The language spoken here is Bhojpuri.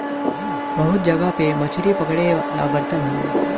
बहुत जगह पे मछरी पकड़े वाला बर्तन होला